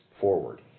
forward